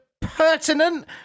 pertinent